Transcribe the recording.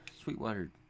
Sweetwater